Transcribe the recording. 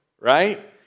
right